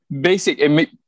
basic